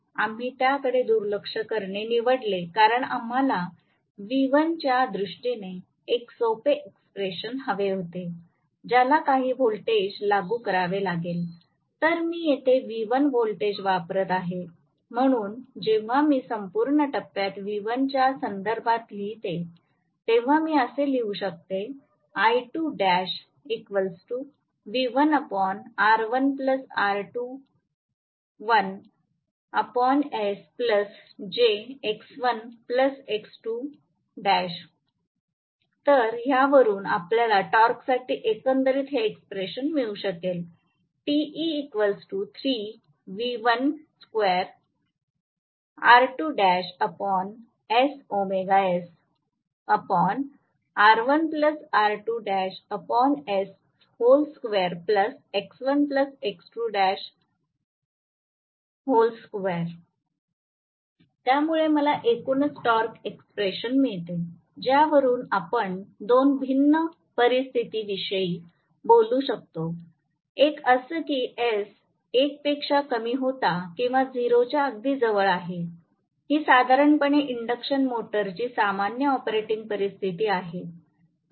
आणि आम्ही त्याकडे दुर्लक्ष करणे निवडले कारण आम्हाला व्ही 1 च्या दृष्टीने एक सोपे एक्सप्रेशन हवे होते ज्याला काही व्होल्टेज लागू करावे लागेल तर मी येथे V 1 व्होल्टेज वापरत आहे म्हणून जेव्हा मी संपूर्ण टप्प्यात V1 च्या संदर्भात लिहिते तेव्हा मी असे लिहू शकते तर ह्यावरून आपल्याला टॉर्कसाठी एकंदरीत हे एक्स्प्रेशन मिळू शकेल तर यामुळे मला एकूणच टॉर्क एक्स्प्रेशन मिळते ज्यावरून आपण 2 भिन्न परिस्थितीविषयी बोलू शकतो एक असं की s 1 पेक्षा कमी होता किंवा 0 च्या अगदी जवळ आहे ही साधारणपणे इंडक्शन मोटरची सामान्य ऑपरेटिंग परिस्थिती आहे